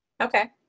Okay